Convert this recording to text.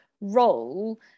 role